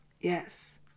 Yes